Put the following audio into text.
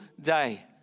day